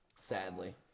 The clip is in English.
Sadly